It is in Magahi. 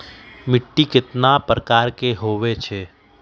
मिट्टी कतना प्रकार के होवैछे?